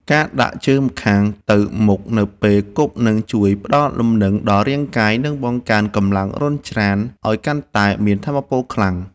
ការដាក់ជើងម្ខាងទៅមុខនៅពេលគប់នឹងជួយផ្ដល់លំនឹងដល់រាងកាយ និងបង្កើនកម្លាំងរុញច្រានឱ្យកាន់តែមានថាមពលខ្លាំង។